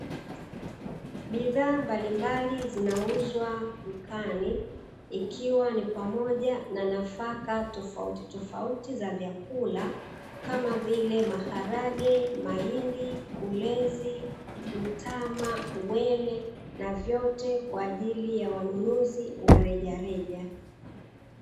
Bidhaa mbalimbali zinauzwa dukani, ikiwa ni pamoja na nafaka tofautitofauti za vyakula, kama vile: maharage, mahindi, ulezi, mtama, uwele; na vyote kwa ajili ya wanunuzi wa rejareja.